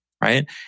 Right